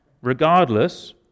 Regardless